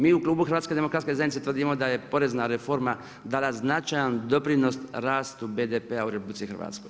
Mi u klubu HDZ-a tvrdimo da je porez na reforma dala značajan doprinos rastu BDP-a u RH.